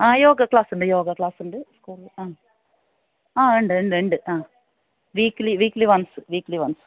ആ yoga class ഉണ്ട് yoga class ഉണ്ട് സ്കൂൾ ആ ഉണ്ട് ഉണ്ട് ഉണ്ട് ആ weekly weekly once weekly once